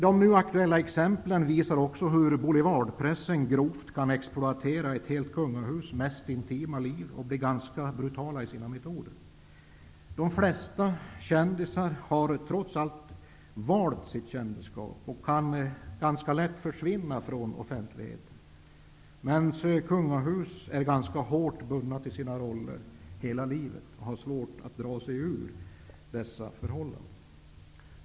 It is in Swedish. De nu aktuella exemplen visar också hur boulevardpressen grovt kan exploatera ett helt kungahus mest intima liv, och bli ganska brutala i sina metoder. De flesta kändisar har trots allt valt sitt kändisskap och kan ganska lätt försvinna från offentligheten. Men kungahus är ganska hårt bundna till sina roller hela livet och har svårt att dra sig ur dessa förhållanden.